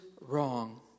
wrong